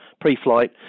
pre-flight